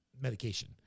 medication